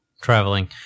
traveling